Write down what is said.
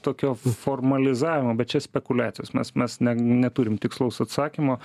tokio formalizavimo bet čia spekuliacijos mes mes ne neturim tikslaus atsakymo